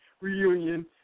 reunion